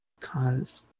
cause